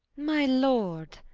my lord,